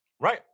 Right